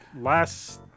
last